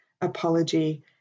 apology